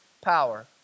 power